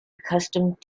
accustomed